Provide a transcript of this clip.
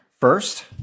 first